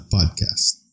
Podcast